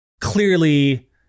clearly